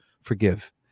forgive